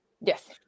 Yes